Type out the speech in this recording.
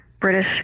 British